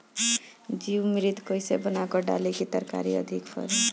जीवमृत कईसे बनाकर डाली की तरकरी अधिक फरे?